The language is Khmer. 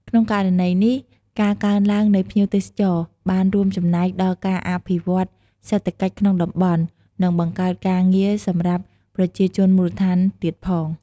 ក្នុងករណីនេះ ការកើនឡើងនៃភ្ញៀវទេសចរ បានរួមចំណែកដល់ការអភិវឌ្ឍន៍សេដ្ឋកិច្ចក្នុងតំបន់ និងបង្កើតការងារសម្រាប់ប្រជាជនមូលដ្ឋានទៀតផង។